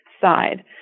side